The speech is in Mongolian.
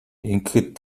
ингэхэд